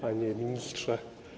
Panie Ministrze!